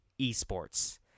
eSports